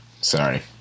Sorry